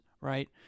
right